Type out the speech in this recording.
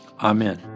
Amen